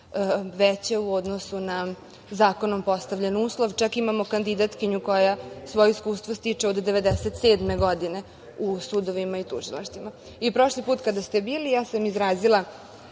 veće u odnosu na zakonom postavljen uslov. Čak imamo kandidatkinju koja svoje iskustvo stiče od 1997. godine u sudovima i tužilaštvima. Prošli put kada ste bili ja sam izrazila